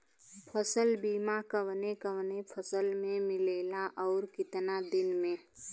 फ़सल बीमा कवने कवने फसल में मिलेला अउर कितना दिन में?